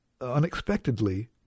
unexpectedly